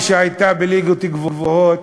שהייתה בליגות גבוהות,